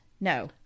No